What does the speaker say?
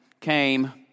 came